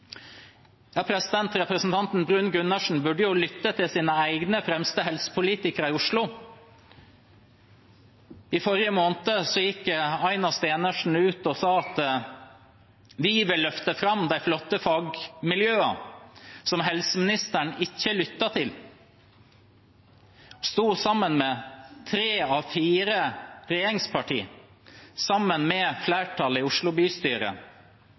Oslo. I forrige måned gikk Aina Stenersen ut og sa: «De utrolig flotte fagmiljøene som helseministeren ikke har lyttet til, skal vi løfte frem.» Hun sto sammen med tre av fire regjeringspartier og flertallet i Oslo bystyre